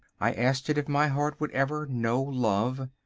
i asked it if my heart would ever know love.